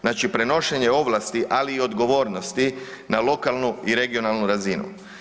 Znači prenošenje ovlasti, ali i odgovornosti na lokalnu i regionalnu razinu.